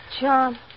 John